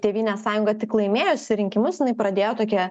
tėvynės sąjunga tik laimėjusi rinkimus jinai pradėjo tokią